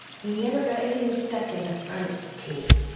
he never got anything stuck in the front teeth